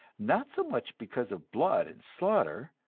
not so much because of blood and slaughter,